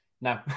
No